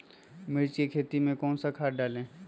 मिर्च की खेती में कौन सा खाद डालें?